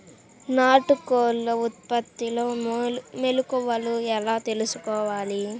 నాటుకోళ్ల ఉత్పత్తిలో మెలుకువలు ఎలా తెలుసుకోవాలి?